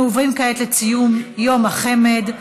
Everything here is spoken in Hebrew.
אנחנו עוברים כעת לציון יום החמ"ד,